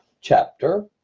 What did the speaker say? chapter